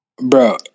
Bro